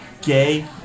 gay